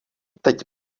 teď